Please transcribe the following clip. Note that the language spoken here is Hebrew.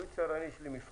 אם, למשל, יש לי מפעל